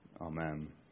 Amen